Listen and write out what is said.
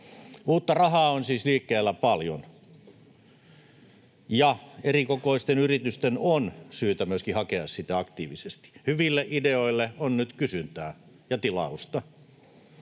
Uutta rahaa on siis liikkeellä paljon, ja eri kokoisten yritysten on syytä myöskin hakea sitä aktiivisesti. Hyville ideoille on nyt kysyntää ja tilausta.